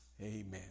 Amen